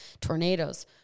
tornadoes